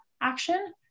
action